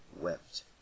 wept